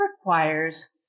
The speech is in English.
requires